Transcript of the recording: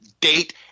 date